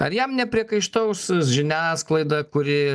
ar jam nepriekaištaus žiniasklaida kuri